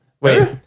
Wait